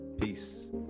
Peace